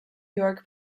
york